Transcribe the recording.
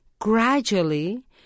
gradually